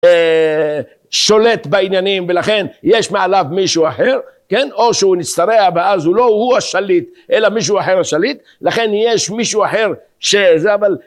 שולט בעניינים ולכן יש מעליו מישהו אחר כן או שהוא נצתווה ואז הוא לא הוא השליט אלא מישהו אחר השליט לכן יש מישהו אחר שזה אבל